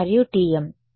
మరియు TM